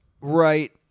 Right